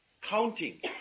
counting